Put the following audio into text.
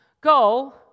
go